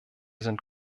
sind